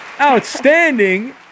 Outstanding